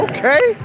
Okay